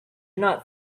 not